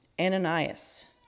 Ananias